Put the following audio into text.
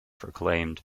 proclaimed